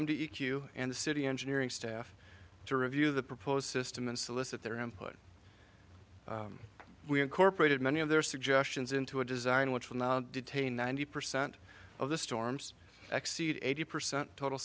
and the city engineering staff to review the proposed system and solicit their input we incorporated many of their suggestions into a design which will now detain ninety percent of the storms exceed eighty percent total